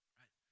right